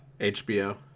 HBO